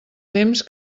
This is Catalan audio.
temps